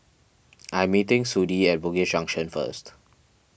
I am meeting Sudie at Bugis Junction first